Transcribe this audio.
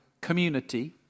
community